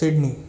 Sydney